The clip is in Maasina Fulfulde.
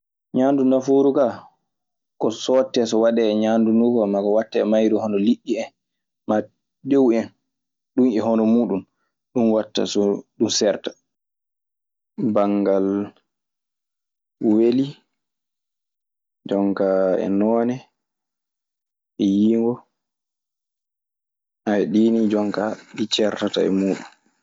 Ñaandu naffooru kaa ko soote so wandee e ñaandu nduu koo naa ko wattee e mayru. Hono liɗɗi en, maa tew en ɗum e hono muuɗum ɗum watta so ndu ceerta banngal weli, jonkaa e noone, e yiingo. Ɗii nii jonkaa ɗi ceertata e muuɗun.